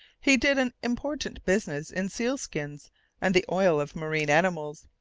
he did an important business in seal-skins and the oil of marine animals,